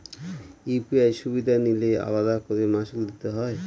UPI সুবিধা নিলে আলাদা করে মাসুল দিতে হয়?